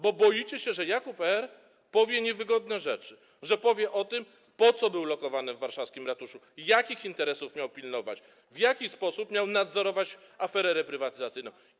Bo boicie się, że Jakub R. powie niewygodne rzeczy, że powie o tym, po co był lokowany w warszawskim ratuszu, jakich interesów miał pilnować, w jaki sposób miał nadzorować aferę reprywatyzacyjną.